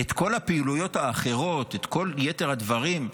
כל הפעילויות האחרות, כל יתר הדברים,